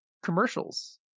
commercials